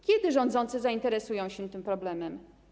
Kiedy rządzący zainteresują się tym problemem?